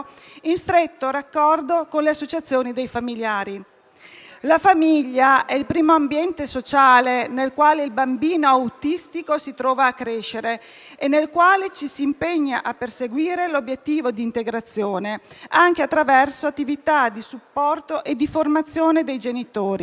in stretto raccordo con le associazioni dei familiari. La famiglia è il primo ambiente sociale nel quale il bambino autistico si trova a crescere e nel quale ci si impegna a perseguire l'obiettivo di integrazione, anche attraverso attività di supporto e formazione dei genitori.